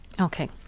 Okay